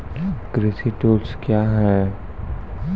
कृषि टुल्स क्या हैं?